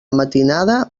matinada